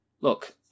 Look